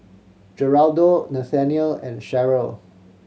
Geraldo Nathanial and Sheryl